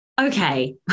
Okay